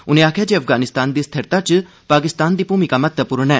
उने आखेआ जे अफगानिस्तान दी स्थिरता च पाकिस्तान दी भूमिका महत्वपूर्ण ऐ